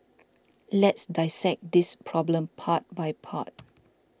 let's dissect this problem part by part